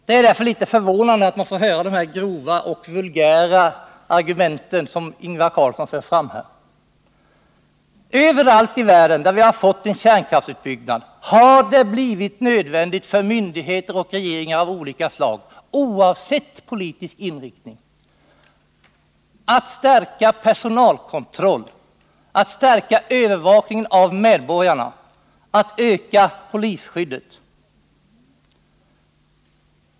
Det är därför litet förvånande att få höra de grova och vulgära argument som Ingvar Carlsson för fram. Överallt i världen där vi har fått en kärnkraftsutbyggnad har det blivit nödvändigt för myndigheter och för regeringar av olika slag, oavsett politisk inriktning, att stärka personalkontrollen, att stärka övervakningen av medborgarna och att öka polisskyddet.